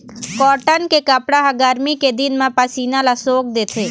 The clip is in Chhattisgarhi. कॉटन के कपड़ा ह गरमी के दिन म पसीना ल सोख लेथे